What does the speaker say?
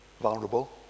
vulnerable